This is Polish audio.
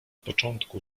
początku